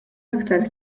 aktar